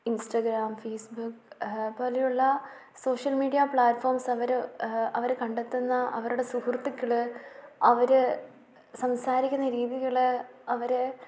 Instagram Facebook പോലെയുള്ള social media platforms അവർ അവർ കണ്ടെത്തുന്ന അവരുടെ സുഹൃത്തുക്കൾ അവർ സംസാരിക്കുന്ന രീതികൾ അവർ